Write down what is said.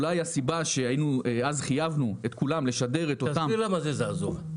אולי הסיבה שאז חייבנו את כולם לשדר את אותה -- תסביר למה זה זעזוע.